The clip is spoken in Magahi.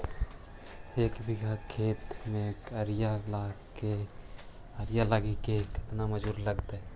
एक बिघा खेत में आरि ल के गो मजुर लगतै?